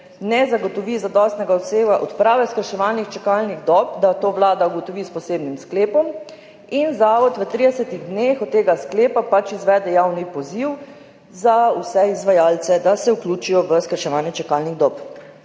ne zagotovi zadostnega obsega odprave, skrajševanja čakalnih dob, to Vlada ugotovi s posebnim sklepom in Zavod v 30 dneh od tega sklepa izvede javni poziv za vse izvajalce, da se vključijo v skrajševanje čakalnih dob.